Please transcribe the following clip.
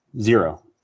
Zero